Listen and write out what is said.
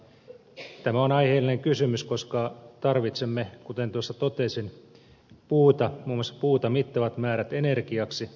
tämä on aiheellinen kysymys koska tarvitsemme kuten tuossa totesin muun muassa puuta mittavat määrät energiaksi